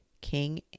King